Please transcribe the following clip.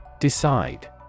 Decide